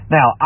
Now